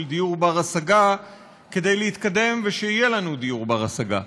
דיור בר-השגה כדי להתקדם ושיהיה לנו דיור בר-השגה.